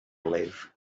live